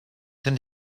soon